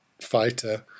fighter